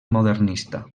modernista